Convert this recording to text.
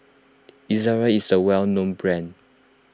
Ezerra is a well known brand